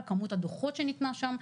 על כמות הדוחות שניתנה שם.